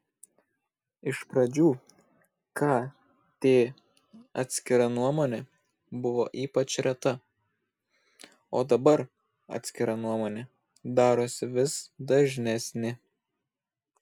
iš pradžių kt atskira nuomonė buvo ypač reta o dabar atskira nuomonė darosi vis dažnesnė